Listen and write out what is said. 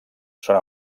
són